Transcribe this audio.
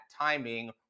timing